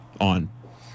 on